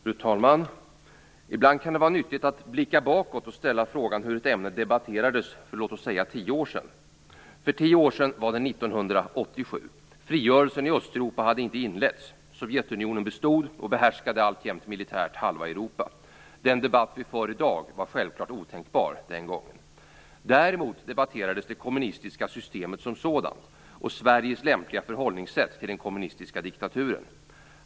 Fru talman! Ibland kan det vara nyttigt att blicka bakåt och ställa frågan hur ett ämne debatterades för låt oss säga tio år sedan. För tio år sedan var det 1987. Frigörelsen i Östeuropa hade inte inletts. Sovjetunionen bestod och behärskade militärt alltjämt halva Europa. Den debatt vi för i dag var självfallet otänkbar den gången. Däremot debatterades det kommunistiska systemet som sådant och Sveriges lämpliga förhållningssätt till den kommunistiska diktaturen.